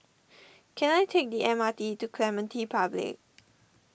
can I take the M R T to Clementi Public